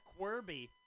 Quirby